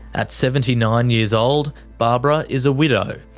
at seventy nine years old, barbara is a widow,